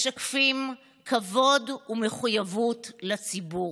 משקפים כבוד ומחויבות לציבור.